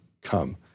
come